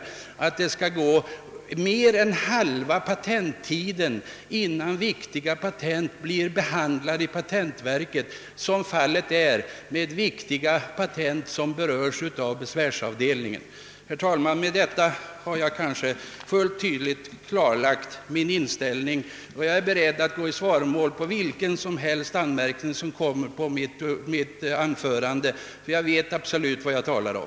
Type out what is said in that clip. Viktiga patentansökningar som går till besvärsavdelningen kan bli liggande för behandling i patentverket under mer än halva patenttiden. Herr talman! Med detta anförande har jag velat klargöra min inställning. Jag är beredd att gå i svaromål på vilken som helst anmärkning mot mitt anförande — jag vet vad jag talar om.